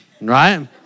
right